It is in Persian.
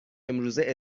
امروزه